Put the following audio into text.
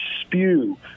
spew